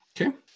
Okay